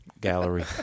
gallery